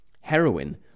heroin